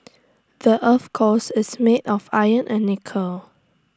the Earth's cores is made of iron and nickel